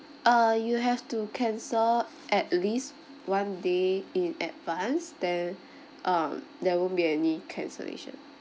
uh you have to cancel at least one day in advance then um there won't be any cancellation